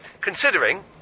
considering